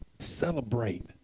celebrate